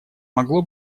могло